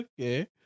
okay